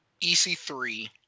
EC3